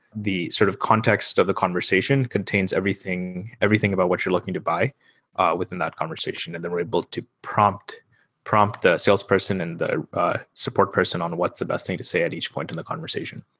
the sort of context of the conversation contains everything everything about what you're looking to buy within that conversation. and then we're able to prompt prompt the salesperson and the support person on what's the best thing to say at each point in the conversation.